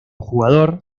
jugador